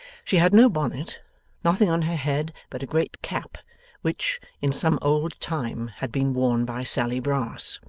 she had no bonnet nothing on her head but a great cap which, in some old time, had been worn by sally brass,